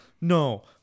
no